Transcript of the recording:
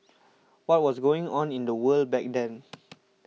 what was going on in the world back then